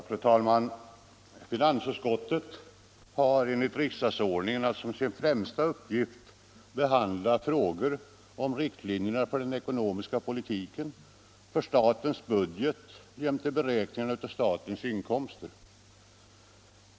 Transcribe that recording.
Fru talman! Finansutskottet har enligt riksdagsordningen att som sin främsta uppgift behandla frågor om riktlinjer för den ekonomiska politiken och för statens budget jämte beräkningarna av statens inkomster.